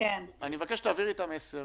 אני מבקש שתעבירי את המסר